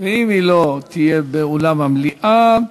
ואם היא לא תהיה באולם המליאה,